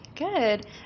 Good